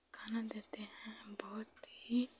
खाना देते हैं बहुत ही